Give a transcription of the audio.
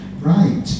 Right